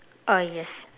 uh yes